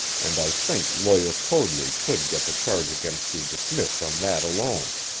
and i think lawyer coadley could get the charge against you dismissed on that alone.